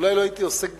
אולי לא הייתי עוסק בכך.